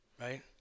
right